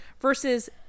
versus